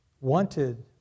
wanted